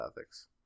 ethics